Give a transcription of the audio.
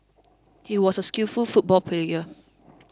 he was a skillful football player